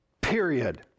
period